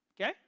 Okay